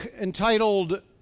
entitled